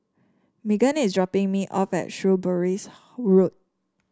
Meggan is dropping me off at Shrewsbury Road